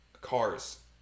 cars